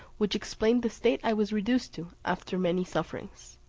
which explained the state i was reduced to, after many sufferings.